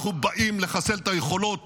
אנחנו באים לחסל את היכולות